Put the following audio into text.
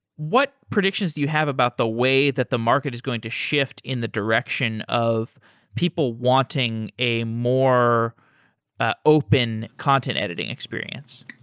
what predictions do you have about the way that the market is going to shift in the direction of people wanting a more ah open content editing experience?